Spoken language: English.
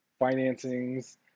financings